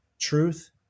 truth